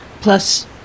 Plus